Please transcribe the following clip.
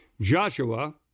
Joshua